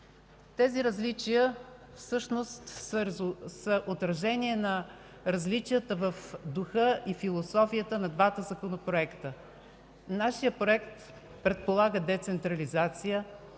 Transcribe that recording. Тези различия всъщност са отражение на различията в духа и философията на двата законопроекта. Нашият проект предполага децентрализация;